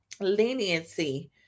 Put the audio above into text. leniency